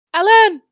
Alan